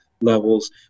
levels